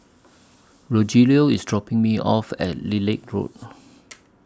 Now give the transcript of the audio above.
Rogelio IS dropping Me off At Lilac Road